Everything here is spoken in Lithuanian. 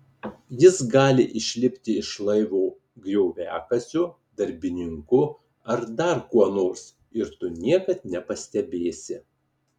jis gali išlipti iš laivo grioviakasiu darbininku ar dar kuo nors ir tu niekad nepastebėsi